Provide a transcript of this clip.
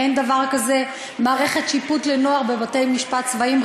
אין דבר כזה מערכת שיפוט לנוער בבתי-משפט צבאיים,